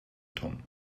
tom